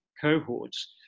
cohorts